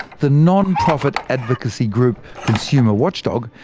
the non-profit advocacy group, consumer watchdog,